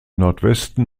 nordwesten